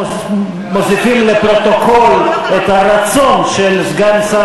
זקיפת ימי מחלה להורה של אדם עם מוגבלות),